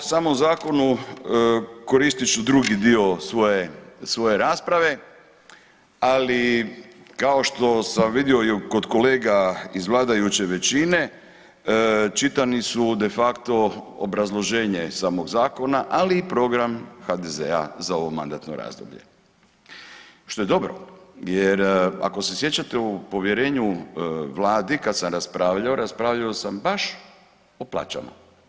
O samom zakonu koristit ću drugi dio svoje, svoje rasprave, ali kao što sam vidio i kod kolega iz vladajuće većine čitani su de facto obrazloženje samog zakona, ali i program HDZ-a za ovo mandatno razdoblje, što je dobro jer ako se sjećate u povjerenju vladi kad sam raspravljao, raspravljao sam baš o plaćama.